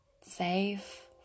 Safe